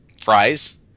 fries